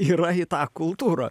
yra į tą kultūrą